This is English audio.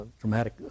dramatic